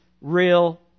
real